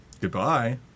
Goodbye